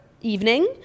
evening